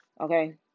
okay